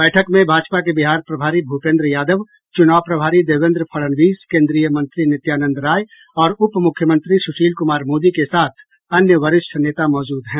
बैठक में भाजपा के बिहार प्रभारी भूपेन्द्र यादव चुनाव प्रभारी देवेन्द्र फड़णवीस केन्द्रीय मंत्री नित्यानंद राय और उपमुख्यमंत्री सुशील कुमार मोदी के साथ अन्य वरिष्ठ नेता मौजूद हैं